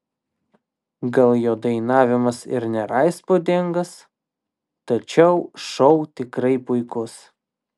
gal jo dainavimas ir nėra įspūdingas tačiau šou tikrai puikus